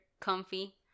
comfy